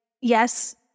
yes